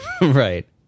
right